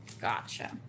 Gotcha